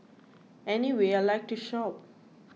anyway I like to shop